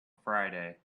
friday